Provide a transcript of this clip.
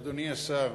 אדוני השר,